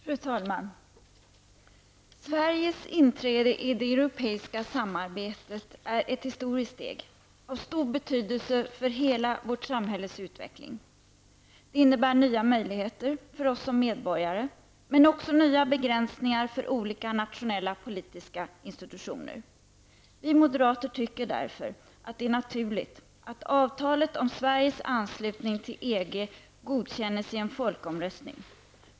Fru talman! Sveriges inträde i det europeiska samarbetet är ett historiskt steg av stor betydelse för hela vårt samhälles utveckling. Det innebär nya möjligheter för oss som medborgare, men också nya begränsningar för olika nationella politiska institutioner. Vi moderater anser därför att det är naturligt att avtalet om Sveriges anslutning till EG godkänns i en folkomröstning.